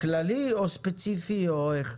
כללי או ספציפי או איך?